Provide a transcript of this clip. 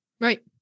right